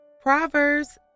Proverbs